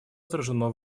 отражено